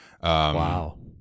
wow